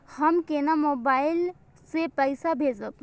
हम केना मोबाइल से पैसा भेजब?